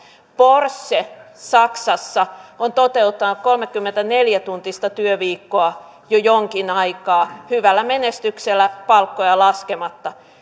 porsche saksassa on toteuttanut kolmekymmentäneljä tuntista työviikkoa jo jonkin aikaa hyvällä menestyksellä palkkoja laskematta